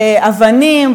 אבנים,